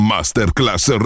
Masterclass